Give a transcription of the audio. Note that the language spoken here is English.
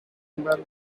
ballad